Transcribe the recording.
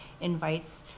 invites